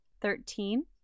Thirteen